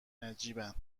نجیبن